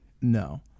No